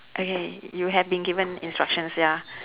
okay you have been given instructions ya